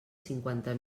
cinquanta